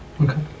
Okay